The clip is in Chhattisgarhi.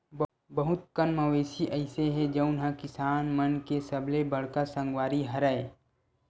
बहुत कन मवेशी अइसे हे जउन ह किसान मन के सबले बड़का संगवारी हरय